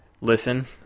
listen